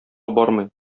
бармый